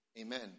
amen